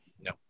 No